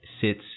sits